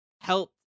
help